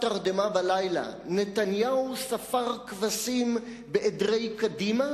תרדמה בלילה נתניהו ספר כבשים בעדרי קדימה